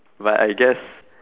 but I guess